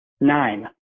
nine